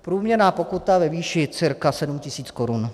Průměrná pokuta ve výši cca 7 tisíc korun.